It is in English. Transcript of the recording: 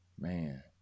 man